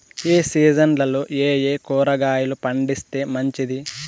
ఏ సీజన్లలో ఏయే కూరగాయలు పండిస్తే మంచిది